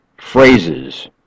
phrases